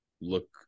look